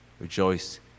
Rejoice